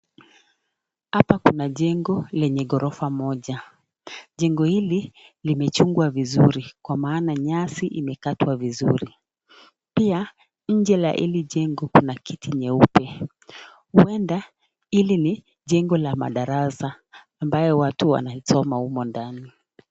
Hapa kuna jengo lenye ghorofa moja. Jengo hili limechungwa vizuri kwa maana nyasi imekatwa vizuri. Pia nje la hili jengo kuna kiti cheupe. Huenda hili ni jengo la madarasa ambayo watu wanayosoma humo ndani.